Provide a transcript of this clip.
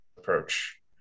approach